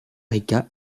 rica